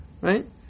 right